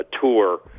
tour